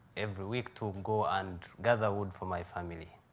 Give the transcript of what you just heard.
every week to go and gather wood for my family.